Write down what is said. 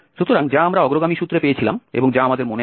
সুতরাং যা আমরা অগ্রগামী সূত্রে পেয়েছিলাম এবং যা আমাদের মনে আছে